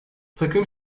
takım